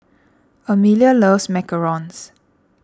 Emilia loves Macarons